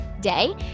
day